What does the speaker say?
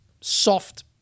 soft